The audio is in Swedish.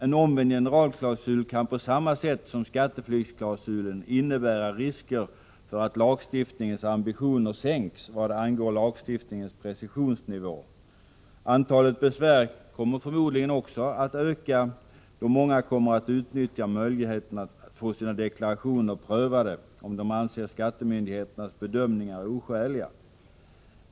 En omvänd generalklausul kan på samma sätt som skatteflyktsklausulen innebära risker för att lagstiftningens ambitioner sänks vad angår lagstiftningens precisionsnivå. Antalet besvär kommer förmodligen också att öka, då många kommer att utnyttja möjligheten att få sina deklarationer prövade om de anser skattemyndigheternas bedömningar oskäliga.